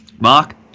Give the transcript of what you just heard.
Mark